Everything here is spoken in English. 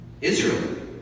Israel